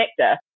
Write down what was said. connector